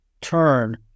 turn